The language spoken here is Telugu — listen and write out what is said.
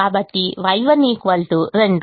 కాబట్టి Y1 2